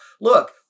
look